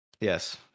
Yes